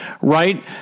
right